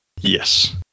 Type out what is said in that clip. Yes